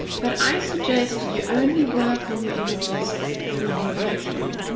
but i suggest you only work on your images through your lightroom.